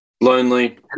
Lonely